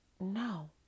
no